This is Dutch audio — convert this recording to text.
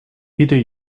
ieder